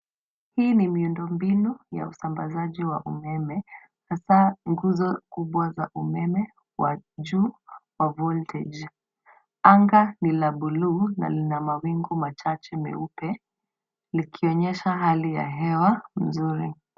Hii ni miundombinu ya usambazaji wa umeme hasa nguzo kubwa za umeme wa juu wa voltage . Anga ni la bulu na lina mawingu machache meupe likionyesha hali ya hewa nzuri.